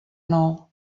nou